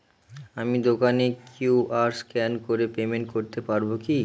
আমি দোকানে QR scan করে পেমেন্ট করতে পারবো কি?